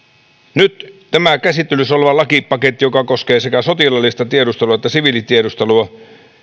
nyt tämä käsittelyssä oleva lakipaketti joka koskee sekä sotilaallista tiedustelua että siviilitiedustelua